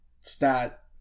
stat